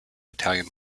italian